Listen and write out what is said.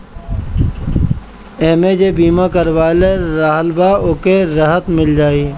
एमे जे बीमा करवले रहल बा ओके राहत मिल जाई